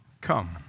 come